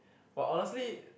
but honestly